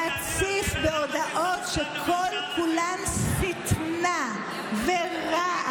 להציף בהודעות שכל-כולן שטנה ורעל,